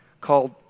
called